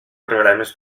programes